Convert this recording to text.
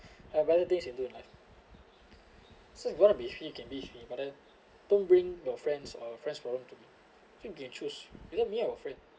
I have better things to do in life so if you wanna be free you can be free but then don't bring your friends or friends problem to me I think you can choose either me or your friend